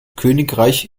königreich